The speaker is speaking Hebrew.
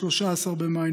13 במאי,